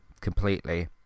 completely